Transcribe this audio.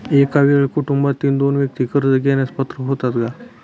एका वेळी कुटुंबातील दोन व्यक्ती कर्ज घेण्यास पात्र होतात का?